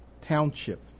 Township